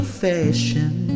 fashion